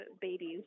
babies